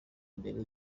mbere